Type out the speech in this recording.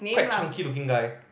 quite chunky looking guy